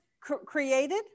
created